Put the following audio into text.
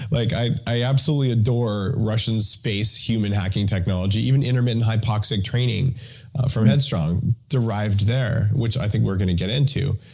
like i i absolutely adore russian space human hacking technology even intermittent hypoxic training from headstrong derived there, which i think we're gonna get into.